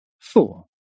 Four